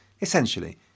Essentially